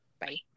Bye